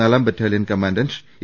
നാലാം battalion commandant A